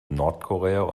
nordkorea